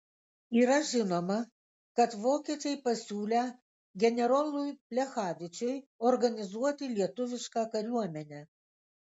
yra žinoma kad vokiečiai pasiūlę generolui plechavičiui organizuoti lietuvišką kariuomenę